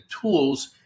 tools